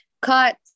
cut